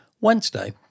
Wednesday